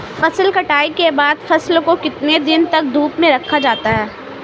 फसल कटाई के बाद फ़सल को कितने दिन तक धूप में रखा जाता है?